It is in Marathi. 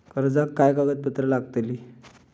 कर्जाक काय कागदपत्र लागतली?